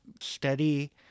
steady